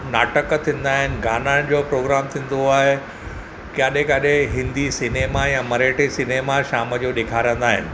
नाटक थींदा आहिनि गाना जो प्रोग्राम थींदो आहे काॾे काॾे हिंदी सिनेमा या मराठी सिनेमा शाम जो ॾेखारींदा आहिनि